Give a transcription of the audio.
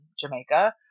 Jamaica